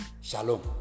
Shalom